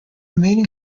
mating